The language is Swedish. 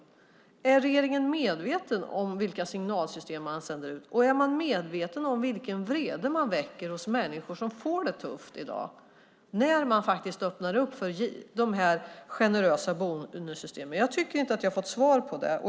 Är regeringen medveten om vilka signaler man sänder ut? Är regeringen medveten om vilken vrede man väcker hos människor som får det tufft i dag, när man faktiskt öppnar för dessa generösa bonusar? Jag tycker inte att jag har fått svar på det.